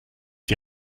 die